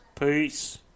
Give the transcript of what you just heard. Peace